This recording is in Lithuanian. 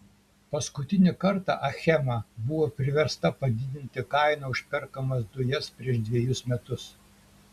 paskutinį kartą achema buvo priversta padidinti kainą už perkamas dujas prieš dvejus metus